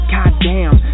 Goddamn